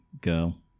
girl